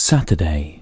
Saturday